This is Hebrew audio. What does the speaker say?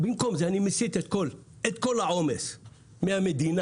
אני מסיט את כל העומס מהמדינה,